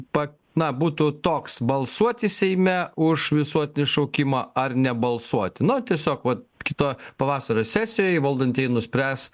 pa na būtų toks balsuoti seime už visuotinį šaukimą ar nebalsuoti nu tiesiog vat kito pavasario sesijoj valdantieji nuspręs